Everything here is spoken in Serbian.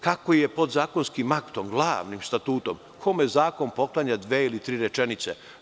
Kako je podzakonskim aktom, glavnim statutom, kome zakon poklanja dve ili tri rečenice?